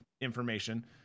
information